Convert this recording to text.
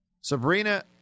Sabrina